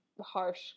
harsh